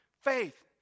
faith